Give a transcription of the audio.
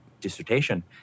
dissertation